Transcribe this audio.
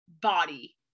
body